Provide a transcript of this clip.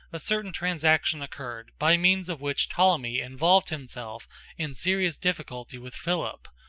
a certain transaction occurred by means of which ptolemy involved himself in serious difficulty with philip,